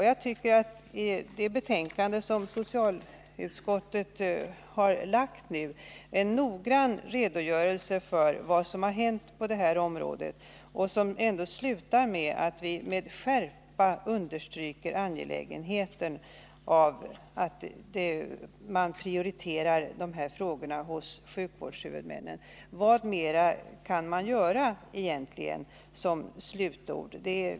Jag tycker att det betänkande som socialutskottet nu har lagt fram är en noggrann redogörelse för vad som hänt på detta område. Betänkandet slutar med att utskottet med skärpa understryker angelägenheten av att man prioriterar de här frågorna hos sjukvårdshuvudmännen. Vad mera kan man säga som slutord?